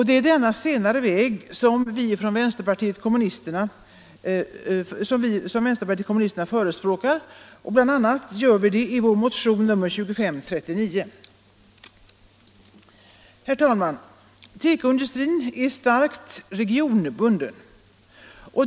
Det är denna senare väg vänsterpartiet kommunisterna förespråkar — bl.a. i vår motion nr 2539. Tekoindustrin är, herr talman, starkt regionbunden.